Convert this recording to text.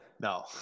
No